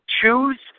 choose